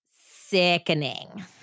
sickening